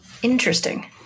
Interesting